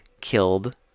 killed